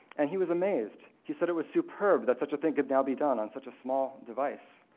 and he was amazed. he said it was superb that such a thing could now be done on such a small device.